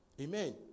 Amen